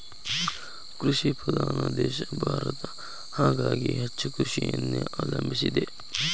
ಕೃಷಿ ಪ್ರಧಾನ ದೇಶ ಭಾರತ ಹಾಗಾಗಿ ಹೆಚ್ಚ ಕೃಷಿಯನ್ನೆ ಅವಲಂಬಿಸಿದೆ